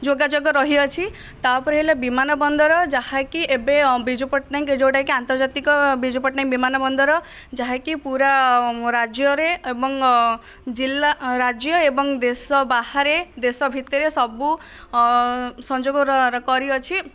ଯୋଗାଯୋଗ ରହିଅଛି ତା' ଉପରେ ହେଲା ବିମାନ ବନ୍ଦର ଯାହାକି ଏବେ ବିଜୁ ପଟ୍ଟନାୟକ ଯେଉଁଟାକି ଆନ୍ତର୍ଜାତିକ ବିଜୁ ପଟ୍ଟନାୟକ ବିମାନ ବନ୍ଦର ଯାହାକି ପୁରା ରାଜ୍ୟରେ ଏବଂ ଜିଲ୍ଲା ରାଜ୍ୟ ଏବଂ ଦେଶ ବାହାରେ ଦେଶ ଭିତରେ ସବୁ ସଂଯୋଗର କରିଅଛି